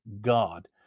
God